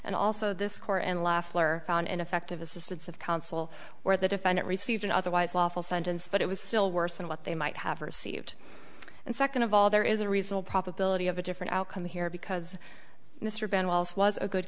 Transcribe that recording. and also this court and leffler found ineffective assistance of counsel where the defendant received an otherwise lawful sentence but it was still worse than what they might have received and second of all there is a reasonable probability of a different outcome here because